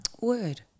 Word